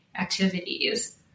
activities